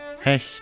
Hecht